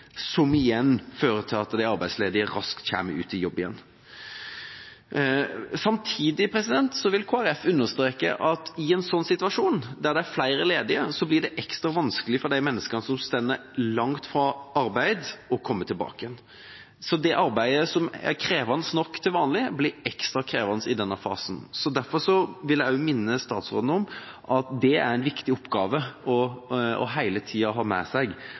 som igjen fører til at de arbeidsledige raskt kommer ut i jobb igjen. Samtidig vil Kristelig Folkeparti understreke at i en situasjon der det er flere ledige, blir det ekstra vanskelig for menneskene som står langt fra arbeid, å komme tilbake. Arbeidet som er krevende nok til vanlig, blir ekstra krevende i denne fasen. Derfor vil jeg også minne statsråden om at det er en viktig oppgave å ha med seg